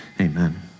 amen